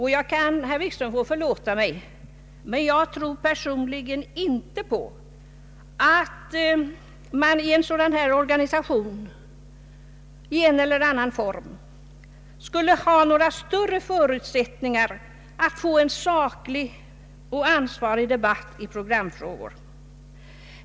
Herr Wikström får förlåta mig, men jag tror personligen inte att man i ett sådant organ i en eller annan form skulle ha några större förutsättningar att få till stånd en saklig och ansvarig debatt i programfrågor.